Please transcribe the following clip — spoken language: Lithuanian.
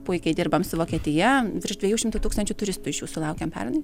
puikiai dirbam su vokietija virš dviejų šimtų tūkstančių turistų iš jų sulaukėm pernai